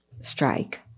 strike